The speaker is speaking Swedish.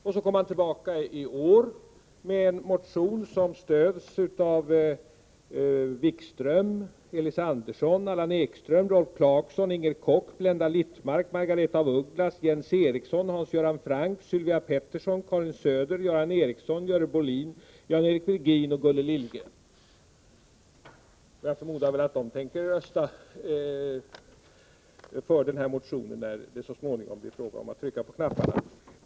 Så kommer han tillbaka i år med en motion som stöds av Jan-Erik Wikström, Elis Andersson, Allan Ekström, Rolf Clarkson, Inger Koch, Blenda Littmarck, Margaretha af Ugglas, Jens Eriksson, Hans Göran Franck, Sylvia Pettersson, Karin Söder, Göran Ericsson, Görel Bohlin, Jan-Eric Virgin och Gunnel Liljegren. Jag förmodar att de tänker rösta för den här motionen när det så småningom blir fråga om att trycka på knapparna.